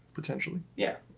potentially yeah.